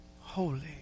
holy